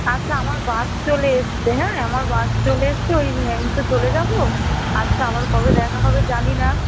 আচ্ছা আমার বাস চলে এসছে হ্যাঁ আমার বাস চলে এসছে ওই আমি তো চলে যাবো আচ্ছা আবার কবে দেখা হবে জানি না